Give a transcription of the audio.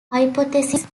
hypothesis